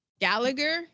Gallagher